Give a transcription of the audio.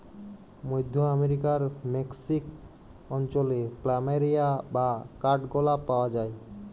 মধ্য আমরিকার মেক্সিক অঞ্চলে প্ল্যামেরিয়া বা কাঠগলাপ পাওয়া যায়